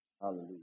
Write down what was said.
Hallelujah